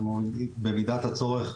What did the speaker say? אנחנו במידת הצורך,